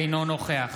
אינו נוכח